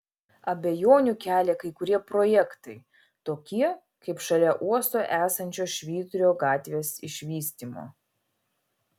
abejonių kelia kai kurie projektai tokie kaip šalia uosto esančios švyturio gatvės išvystymo